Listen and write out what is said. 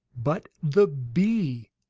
but the bee.